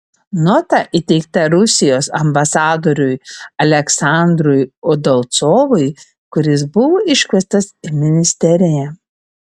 nota įteikta rusijos ambasadoriui aleksandrui udalcovui kuris buvo iškviestas į ministeriją